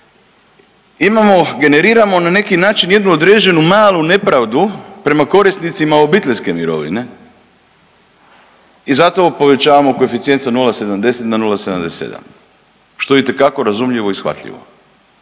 generiramo na neki način jednu određenu malu nepravdu prema korisnicima obiteljske mirovine i zato povećavamo koeficijent sa 0,70 na 0,77, što je itekako razumljivo i shvatljivo